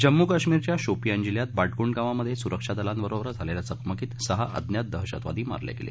जम्मू कश्मीरच्या शोपियान जिल्ह्यात बाटगुंड गावामधे सुरक्षा दलांबरोबर झालेल्या चकमकीत सहा अज्ञात दहशतवादी मारले गेले